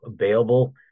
available